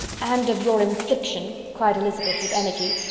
and of your infliction, cried elizabeth with energy.